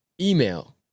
email